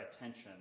attention